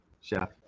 Chef